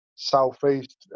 Southeast